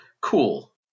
Cool